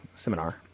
seminar